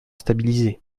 stabilisé